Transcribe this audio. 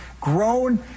grown